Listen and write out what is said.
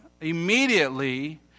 immediately